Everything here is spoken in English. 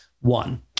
one